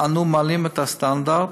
אנו מעלים את הסטנדרט.